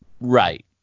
right